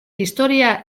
historia